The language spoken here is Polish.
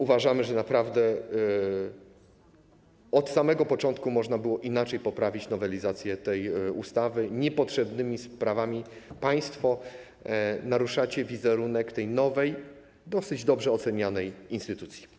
Uważamy, że od samego początku można było inaczej poprawić nowelizację tej ustawy, niepotrzebnymi sprawami państwo naruszacie wizerunek tej nowej, dosyć dobrze ocenianej instytucji.